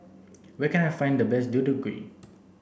where can I find the best Deodeok Gui